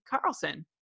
Carlson